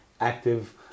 Active